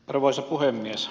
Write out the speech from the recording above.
arvoisa puhemies